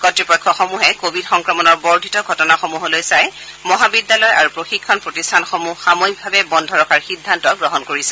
কৰ্তৃপক্ষসমূহে কোৱিড সংক্ৰমণৰ বৰ্ধিত ঘটনাসমূহলৈ চাই মহাবিদ্যালয় আৰু প্ৰশিক্ষণ প্ৰতিষ্ঠানসমূহ সাময়িকভাৱে বন্ধ ৰখাৰ সিদ্ধান্ত গ্ৰহণ কৰিছে